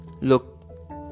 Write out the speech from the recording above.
Look